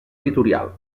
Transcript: editorial